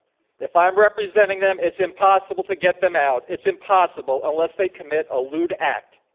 if i'm representing them it's impossible to get them out. it's impossible unless they commit a lewd act.